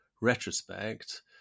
retrospect